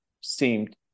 seemed